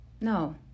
No